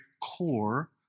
core